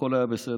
הכול היה בסדר.